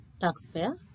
taxpayer